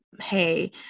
hey